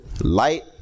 Light